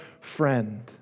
friend